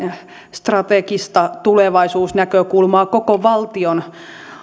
strategista tulevaisuusnäkökulmaa koko valtion